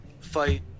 fight